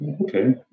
okay